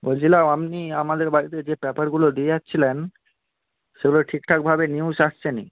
বলছিলাম আপনি আমাদের বাড়িতে যে পেপারগুলো দিয়ে যাচ্ছিলেন সেগুলো ঠিকঠাকভাবে নিউজ আসছে না